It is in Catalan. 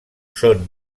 són